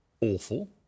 awful